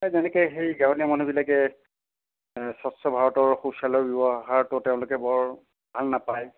যেনেকে সেই গাঁৱলীয়া মানুহবিলাকে স্বচ্ছ ভাৰতৰ শৌচালয় ব্যৱহাৰটো তেওঁলোকে বৰ ভাল নাপায়